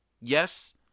Yes